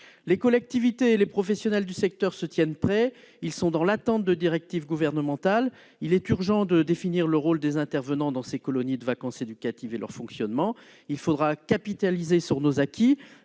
Les collectivités et les professionnels du secteur se tiennent prêts. Ils sont dans l'attente de directives gouvernementales. Il est urgent de définir le rôle des intervenants dans ces colonies de vacances éducatives et leur fonctionnement. Il faudra capitaliser sur nos acquis